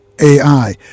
AI